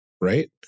right